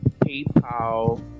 paypal